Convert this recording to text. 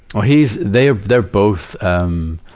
oh he's, they're they're both, um